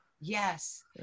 yes